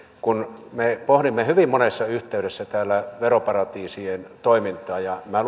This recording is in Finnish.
kun me pohdimme hyvin monessa yhteydessä täällä veroparatiisien toimintaa ja minä